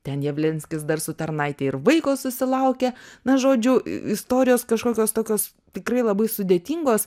ten javlinskis dar su tarnaite ir vaiko susilaukia na žodžiu istorijos kažkokios tokios tikrai labai sudėtingos